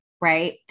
right